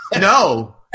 No